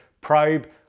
probe